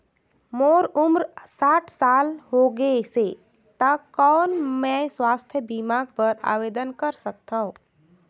मोर उम्र साठ साल हो गे से त कौन मैं स्वास्थ बीमा बर आवेदन कर सकथव?